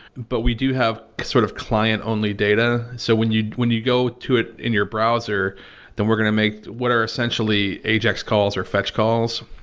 but we do have sort of client only data. so when you when you go to it in your browser then we're going to make what are essentially ajax calls or fetch calls.